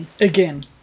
again